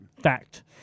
Fact